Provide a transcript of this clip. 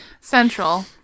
Central